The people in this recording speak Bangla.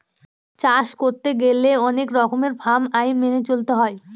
চাষ করতে গেলে অনেক রকমের ফার্ম আইন মেনে চলতে হয়